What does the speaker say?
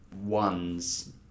one's